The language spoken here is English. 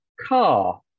car